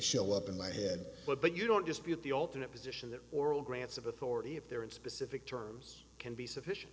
show up in my head but but you don't dispute the alternate position that oral grants of authority if there in specific terms can be sufficient